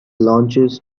launches